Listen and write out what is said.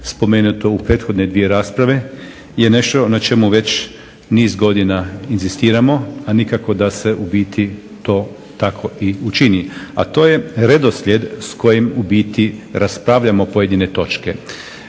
spomenuto u prethodne dvije rasprave je nešto na čemu već niz godina inzistiramo, a nikako da se u biti to tako i učini, a to je redoslijed s kojim u biti raspravljamo pojedine točke.